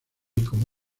cómo